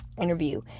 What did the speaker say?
interview